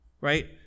right